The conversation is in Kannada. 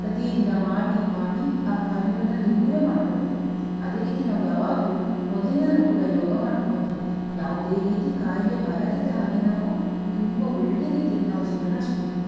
ಪ್ರತಿ ದಿನ ಮಾಡಿ ಮಾಡಿ ಆ ಕಾಯಿಲೆಗಳನ್ನು ದೂರ ಮಾಡಿಕೊಳ್ತಾರೆ ಅದೇ ರೀತಿ ನಾವು ಯಾವಾಗಲೂ ಮೊದಲಿಂದನೂ ಕೂಡ ಯೋಗ ಮಾಡ್ಕೊಂಡುಬಂದ್ರೆ ಯಾವುದೇ ರೀತಿ ಕಾಯಿಲೆ ಬರದಿದ್ದ ಹಾಗೆ ನಾವು ತುಂಬ ಒಳ್ಳೆಯ ರೀತಿಯಲ್ಲಿ ನಾವು ಜೀವನ ನಡೆಸಬಹುದು